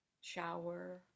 shower